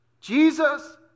Jesus